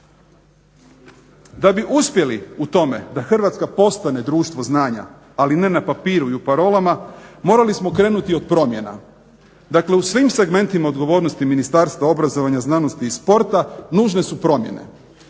Da bi uspjeli u tome da Hrvatska postane društvo znanja, ali ne na papiru i u parolama, morali smo krenuti od promjena. Dakle u svim segmentima odgovornosti Ministarstva obrazovanja, znanosti i sporta nužne su promjene.